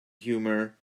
humour